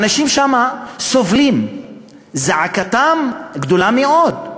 האנשים שם סובלים, זעקתם גדולה מאוד.